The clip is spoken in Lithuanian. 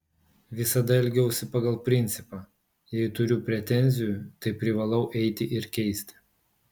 visada elgiausi pagal principą jei turiu pretenzijų tai privalau eiti ir keisti